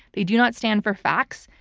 they do not stand for facts.